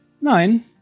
Nein